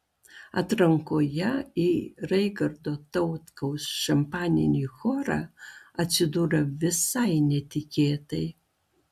atrankoje į raigardo tautkaus šampaninį chorą atsidūriau visai netikėtai